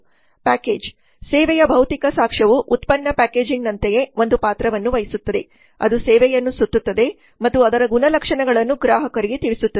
package ಸೇವೆಯ ಭೌತಿಕ ಸಾಕ್ಷ್ಯವು ಉತ್ಪನ್ನ ಪ್ಯಾಕೇಜಿಂಗ್ನಂತೆಯೇ ಒಂದು ಪಾತ್ರವನ್ನು ವಹಿಸುತ್ತದೆ ಅದು ಸೇವೆಯನ್ನು ಸುತ್ತುತ್ತದೆ ಮತ್ತು ಅದರ ಗುಣಲಕ್ಷಣಗಳನ್ನು ಗ್ರಾಹಕರಿಗೆ ತಿಳಿಸುತ್ತದೆ